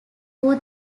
who